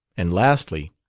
and lastly,